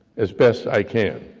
as best i can.